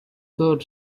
third